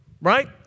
Right